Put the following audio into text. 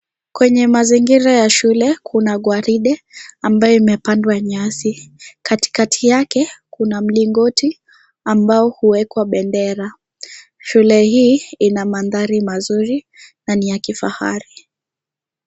Kwenye mazingira ya shule kuna gwaride ambayo imepandwa nyasi. Katikati yake kuna mlingoti ambayo huwekwa bendera. Shule hii ina mandhari mazuri na ni ya kifahari.